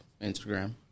Instagram